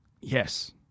Yes